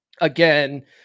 again